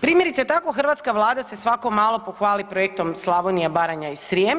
Primjerice tako hrvatska Vlada se svako malo pohvali projektom Slavonija, Baranja i Srijem